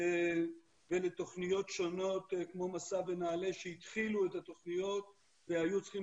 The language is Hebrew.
ולתוכניות שונות כמו 'מסע' ונעל"ה שהתחילו את התוכניות והיו צריכים